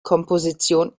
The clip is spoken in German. komposition